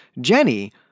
Jenny